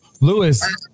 Lewis